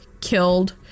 killed